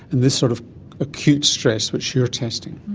and this sort of acute stress which you are testing?